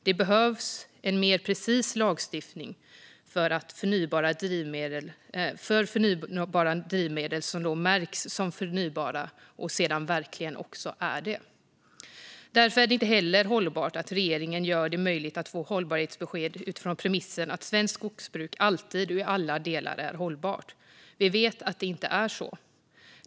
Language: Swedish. Det behövs en mer precis lagstiftning för att drivmedel som märks som förnybara verkligen också ska vara det. Därför är det inte heller hållbart att regeringen gör det möjligt att få hållbarhetsbesked utifrån premissen att svenskt skogsbruk alltid och i alla delar är hållbart. Vi vet att det inte är så.